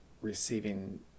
receiving